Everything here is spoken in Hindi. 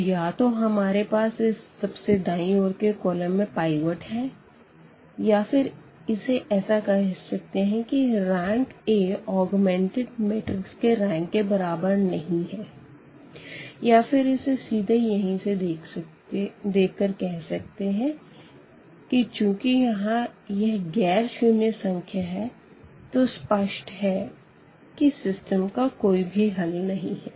तो या तो हमारे पास इस सबसे दायीं ओर के कॉलम में पाइवट है या फिर इसे ऐसा कह सकते है कि rank a ऑगमेंटेड मैट्रिक्स के रैंक के बराबर नहीं है या फिर इसे सीधे यहीं से देख कर कह सकते है कि चूँकि यहाँ यह गैर शून्य संख्या है तो स्पष्ट है कि सिस्टम का कोई भी हल नहीं है